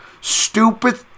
Stupid